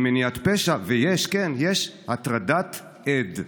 אי-מניעת פשע, וכן יש הטרדת עד.